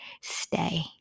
stay